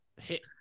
hit